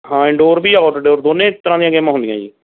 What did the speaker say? ਹਾਂ ਇਨਡੋਰ ਵੀ ਆ ਆਊਟਡੋਰ ਦੋਨੇ ਤਰ੍ਹਾਂ ਦੀਆਂ ਗੇਮਾਂ ਹੁੰਦੀਆਂ ਜੀ